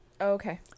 okay